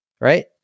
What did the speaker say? right